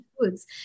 foods